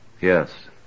Yes